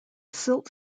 silt